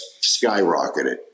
skyrocketed